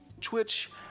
twitch